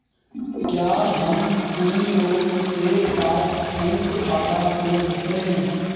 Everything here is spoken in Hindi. क्या हम तीन लोग एक साथ सयुंक्त खाता खोल सकते हैं?